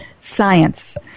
science